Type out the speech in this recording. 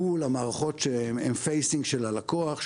מול המערכות שהם פייסינג של הלקוח,